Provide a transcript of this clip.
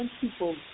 people